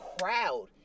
crowd